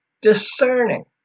discerning